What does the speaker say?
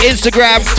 Instagram